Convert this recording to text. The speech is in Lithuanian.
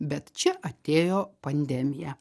bet čia atėjo pandemija